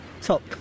top